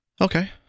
Okay